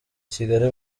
kigali